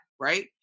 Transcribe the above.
right